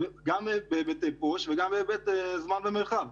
גם בהיבטי פו"ש וגם בהיבטי זמן ומרחב,